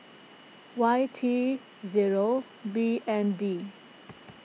Y T zero B N D